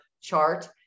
chart